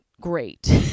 great